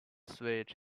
switch